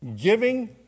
Giving